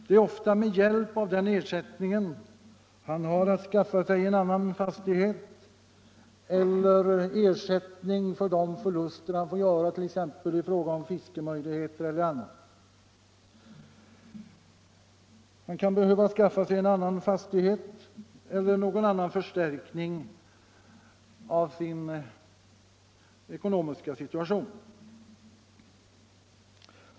Det är ofta med hjälp av denna ersättning han har att skaffa sig en annan fastighet eller att på annat sätt ersätta de förluster han gör t.ex. av fiskevatten. Han kan som sagt behöva skaffa sig en annan fastighet eller på annat sätt förstärka sin ekonomiska situation.